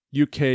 UK